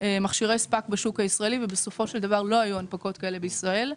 מכשירי ספאק בשוק הישראלי ובסופו של דבר לא היו הנפקות כאלה בישראל.